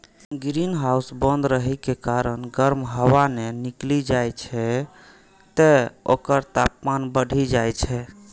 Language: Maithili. ग्रीनहाउस बंद रहै के कारण गर्म हवा नै निकलि सकै छै, तें ओकर तापमान बढ़ि जाइ छै